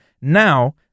Now